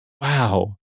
Wow